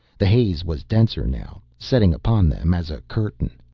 the haze was denser now, settling upon them as a curtain.